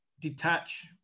detach